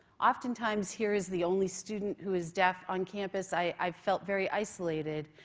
oftentimes here as the only student who is deaf on campus i felt very isolated,